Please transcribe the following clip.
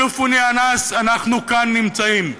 "שופוני יא נאס" אנחנו כאן נמצאים.